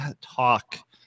talk